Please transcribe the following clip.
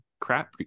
crap